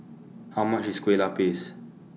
How much IS Kueh Lupis